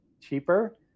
cheaper